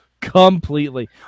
Completely